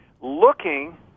looking